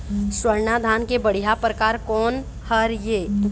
स्वर्णा धान के बढ़िया परकार कोन हर ये?